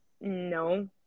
no